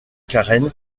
karen